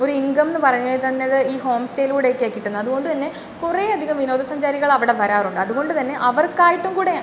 ഒരു ഇൻകംന്ന് പറഞ്ഞാൽ തന്നെ ഈ ഹോംസ്റ്റേയിലൂടെ ഒക്കെയാണ് കിട്ടുന്നത് അതുകൊണ്ട് തന്നെ കുറേ അധികം വിനോദസഞ്ചാരികൾ അവിടെ വരാറുണ്ട് അതുകൊണ്ട് തന്നെ അവർക്കായിട്ടും കൂടെ